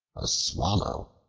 a swallow,